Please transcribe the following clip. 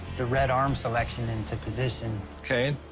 the red arm selection into position. okay,